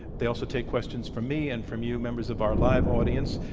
they also take questions from me and from you, members of our live audience.